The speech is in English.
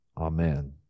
amen